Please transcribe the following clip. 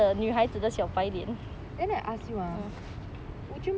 then I ask you ah